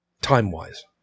time-wise